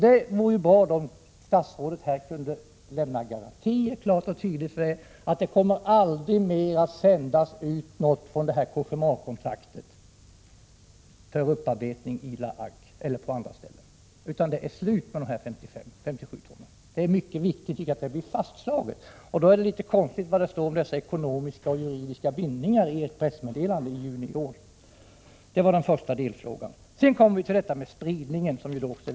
Det vore bra om statsrådet här klart och tydligt kunde lämna garantier för att utbränt kärnbränsle när det gäller kontraktet med Cogéma aldrig mer kommer att skickas i väg för upparbetning i La Hague eller på andra ställen. Det vore alltså bra om statsrådet kunde garantera att det bara gäller de 57 ton som här nämnts. Det är mycket viktigt att detta fastslås. Mot den bakgrunden är det litet konstigt att man talar om ekonomiska och juridiska bindningar i det pressmeddelande som sändes ut i juni i år. Det var den första delfrågan. Sedan kommer vi till detta med spridningen. Det är också en viktig fråga.